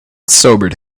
sobered